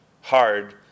hard